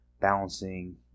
balancing